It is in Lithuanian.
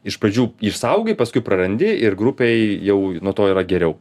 iš pradžių išsaugai paskui prarandi ir grupėj jau nuo to yra geriau